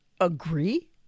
agree